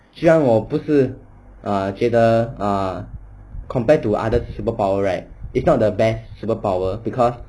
就像我不是 err 觉得 err compared to other superpower right it's not the bear superpower because